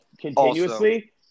continuously